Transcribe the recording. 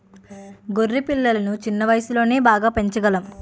గొర్రె పిల్లలను చిన్న వయసులోనే బాగా పెంచగలం